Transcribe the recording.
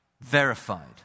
verified